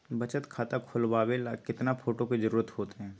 बचत खाता खोलबाबे ला केतना फोटो के जरूरत होतई?